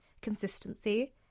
consistency